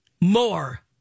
More